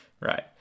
Right